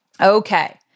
Okay